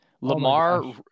Lamar